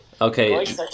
Okay